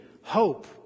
hope